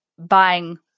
buying